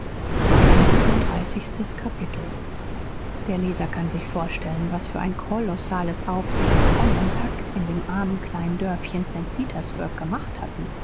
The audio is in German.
sechsunddreißigstes kapitel der leser kann sich vorstellen was für ein kolossales aufsehen tom und huck in dem armen kleinen dörfchen st petersburg gemacht hatten